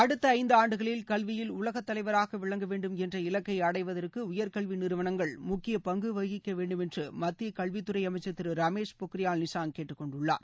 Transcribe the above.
அடுத்த இந்து ஆண்டுகளில் கல்வியில் உலகத் தலைவராக விளங்க வேண்டும் என்ற இலக்கை அடைவதற்கு உயர்கல்வி நிறுவனங்கள் முக்கிய பங்கு வகிக்க வேண்டுமென்று மத்திய கல்வித்துறை அமைச்சர் திரு ரமேஷ் பொக்ரியால் நிஷாங் கேட்டுக் கொண்டுள்ளார்